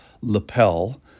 lapel